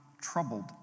troubled